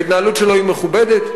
ההתנהלות שלו היא מכובדת?